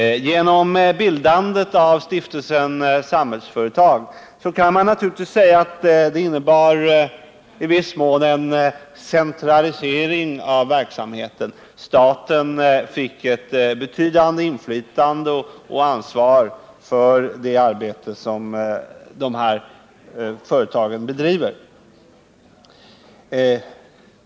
Bildandet av Stiftelsen Samhällsföretag innebar i viss mån en centralisering av verksamheten. Staten fick ett betydande inflytande över och ansvar för det arbete som de här företagen bedriver.